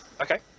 Okay